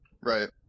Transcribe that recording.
right